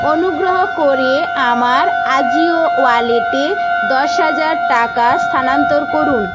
অনুগ্রহ করে আমার আজিও ওয়ালেটে দশ হাজার টাকা স্থানান্তর করুন